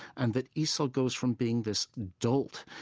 and that esau goes from being this dolt,